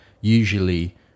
usually